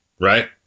right